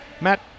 Matt